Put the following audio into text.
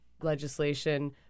legislation